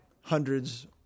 hundreds